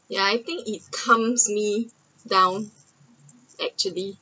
ya I think it calms me down actually